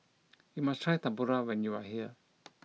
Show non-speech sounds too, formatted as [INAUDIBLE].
[NOISE] you must try Tempura when you are here